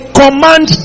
command